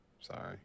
Sorry